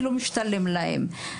כי לא משתלם להן.